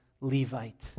Levite